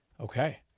Okay